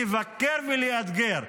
לבקר ולאתגר.